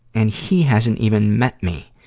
and he hasn't even met me.